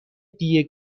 دیه